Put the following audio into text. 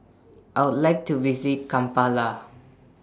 I Would like to visit Kampala